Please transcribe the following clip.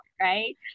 right